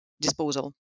disposal